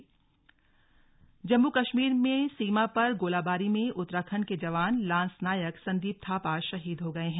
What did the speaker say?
शहीद जम्मू कश्मीर में सीमा पर गोलाबारी में उत्तराखण्ड के जवान लांस नायक संदीप थापा शहीद हो गए हैं